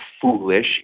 foolish